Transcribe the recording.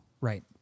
right